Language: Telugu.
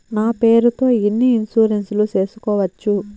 నా పేరుతో ఎన్ని ఇన్సూరెన్సులు సేసుకోవచ్చు?